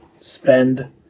spend